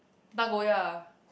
Nagoya